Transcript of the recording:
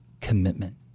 commitment